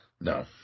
No